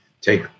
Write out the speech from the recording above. take